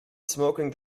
smoking